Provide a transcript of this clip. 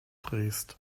drehst